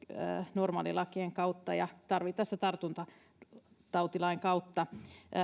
normaalilakien kautta ja tarvittaessa tartuntatautilain kautta